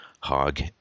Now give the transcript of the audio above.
hog